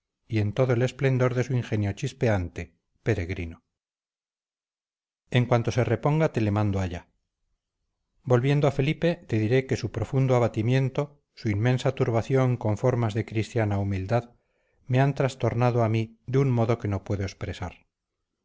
y en todo el esplendor de su ingenio chispeante peregrino en cuanto se reponga te le mando allá volviendo a felipe te diré que su profundo abatimiento su inmensa turbación con formas de cristiana humildad me han trastornado a mí de un modo que no puedo expresar